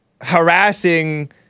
Harassing